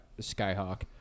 skyhawk